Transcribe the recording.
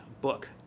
book